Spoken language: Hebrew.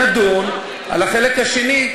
נדון על החלק השני,